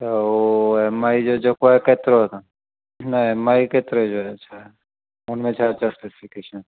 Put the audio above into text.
त हो M I जो जेको आहे केतिरो आहे तव्हां न एम आई केतिरे जो आहे छा उनमें छा छा स्पेसिफ़िकेशंस आहिनि